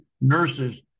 nurses